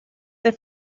they